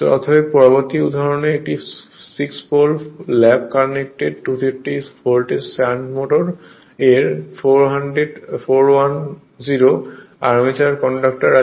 অতএব পরবর্তী উদাহরণস্বরূপ একটি সিক্স পোল ল্যাপ কানেক্টেড 230 ভোল্টের সান্ট মোটর এর 410 আর্মেচার কন্ডাক্টর আছে